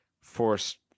forced